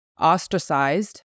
ostracized